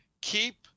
keep